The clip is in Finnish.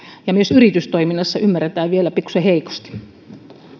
ja myös yritystoiminnassa ymmärretään vielä pikkuisen heikosti